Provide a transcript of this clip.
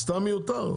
זה סתם מיותר.